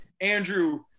Andrew